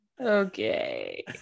Okay